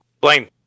Blame